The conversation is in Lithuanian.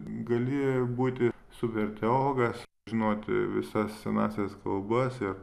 gali būti super teologas žinoti visas senąsias kalbas ir